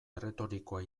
erretorikoa